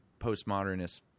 postmodernist